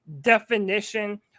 definition